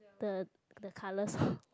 the the colors